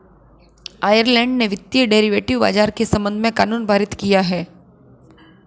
Ireland ने वित्तीय derivative बाजार के संबंध में कानून पारित किया है